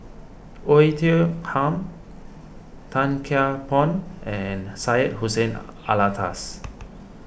Oei Tiong Ham Tan Kian Por and Syed Hussein Alatas